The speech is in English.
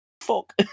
Fuck